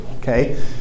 Okay